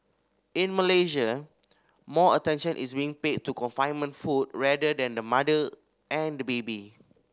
in Malaysia more attention is being paid to confinement food rather than the mother and baby